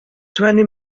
twenty